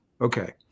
Okay